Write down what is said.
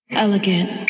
Elegant